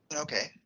Okay